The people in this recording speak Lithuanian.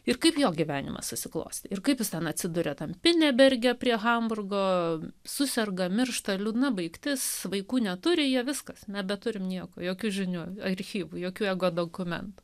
ir kaip jo gyvenimas susiklostė ir kaip jis ten atsiduria tam pineberge prie hamburgo suserga miršta liūdna baigtis vaikų neturi jie viskas nebeturime nieko jokių žinių archyvų jokių ego dokumentų